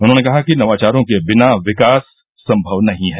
उन्होंने कहा कि नवाचारों के बिना विकास संभव नहीं है